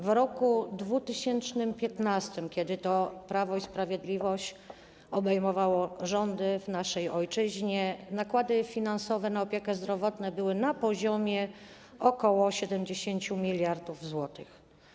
W roku 2015, kiedy to Prawo i Sprawiedliwość obejmowało rządy w naszej ojczyźnie, nakłady finansowe na opiekę zdrowotną były na poziomie ok. 70 mld zł.